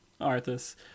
Arthas